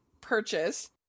purchase